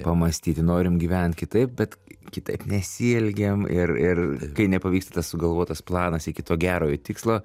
pamąstyti norim gyvent kitaip bet kitaip nesielgiam ir ir kai nepavyksta tas sugalvotas planas iki to gerojo tikslo